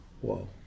whoa